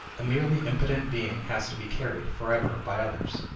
a merely impotent being has to be carried, forever, by others.